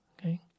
okay